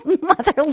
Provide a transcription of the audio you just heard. mother